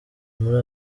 muri